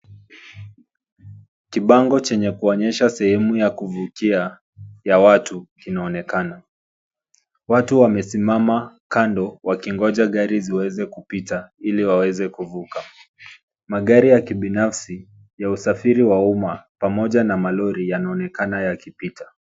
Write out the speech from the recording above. Kibango chenye kuonyesha sehemu ya kuvukia ya watu kinaonekana. Watu wamesimama kando wakingoja gari ziweze kupita ili waweze kuvuka. Magari ya kibinafsi ya usafiri wa umma pamoja na malori yanaonekana yakipita.